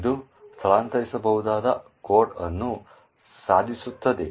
ಇದು ಸ್ಥಳಾಂತರಿಸಬಹುದಾದ ಕೋಡ್ ಅನ್ನು ಸಾಧಿಸುತ್ತದೆ